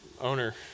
owner